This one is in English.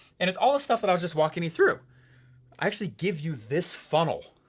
and it's all the stuff that i was just walking you through. i actually give you this funnel,